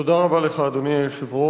תודה רבה לך, אדוני היושב-ראש.